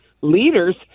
leaders